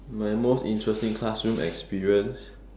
my most interesting classroom experience